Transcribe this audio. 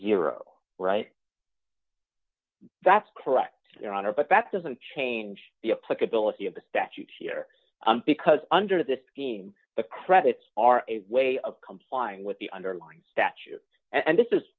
zero right that's correct your honor but that doesn't change the applicability of the statute here because under this scheme the credits are a way of complying with the underlying statute and this is